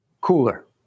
Cooler